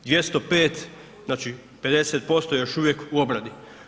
205 znači, 50% još uvijek u obradi.